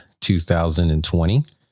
2020